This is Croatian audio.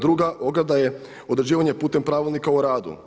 Druga ograda je određivanje putem pravilnika o radu.